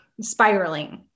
spiraling